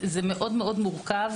זה מאוד מורכב,